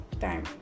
time